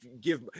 give